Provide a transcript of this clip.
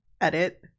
edit